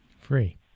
Free